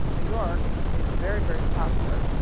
new york, and is very, very popular.